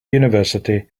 university